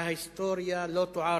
וההיסטוריה לא טועה,